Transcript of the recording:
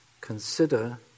consider